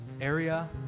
area